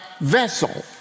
vessel